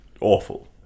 awful